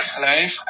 life